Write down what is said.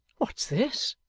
what's this?